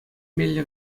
меллӗ